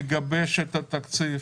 לגבש את התקציב